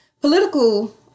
political